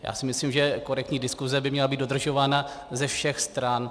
Já si myslím, že korektní diskuse by měla být dodržována ze všech stran.